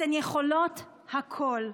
אתן יכולות הכול.